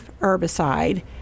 herbicide